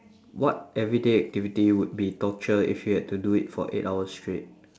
what everyday activity would be torture if you had to do it for eight hours straight